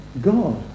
God